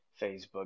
Facebook